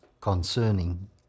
concerning